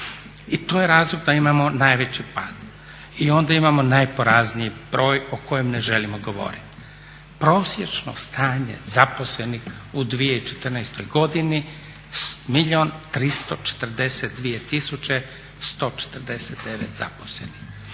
I to je razlog da imamo najveći pad. I onda imamo najporazniji broj o kojem ne želimo govoriti. Prosječno stanje zaposlenih u 2014. godini milijun i 342 tisuće 149 zaposlenih.